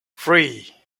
three